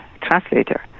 translator